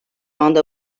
anda